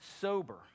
sober